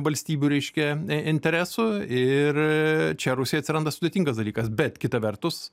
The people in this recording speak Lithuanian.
valstybių reiškia interesų ir čia rusijai atsiranda sudėtingas dalykas bet kita vertus